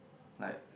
like